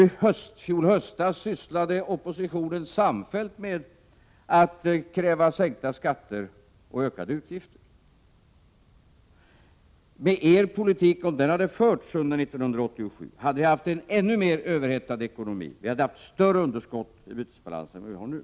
I fjol höstas sysslade oppositionen samfällt med att kräva sänkta skatter och ökade utgifter. Om er politik hade förts under 1987 hade vi haft en ännu mer överhettad ekonomi med större underskott i bytesbalansen än vi har nu.